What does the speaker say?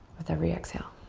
with every exhale.